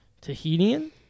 Tahitian